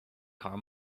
car